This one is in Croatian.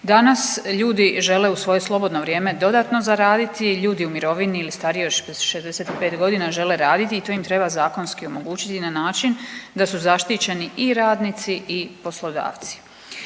Danas ljudi žele u svoje slobodno vrijeme dodatno zaraditi, ljudi u mirovini ili stariji od 65.g. žele raditi i to im treba zakonski omogućiti na način da su zaštićeni i radnici i poslodavci.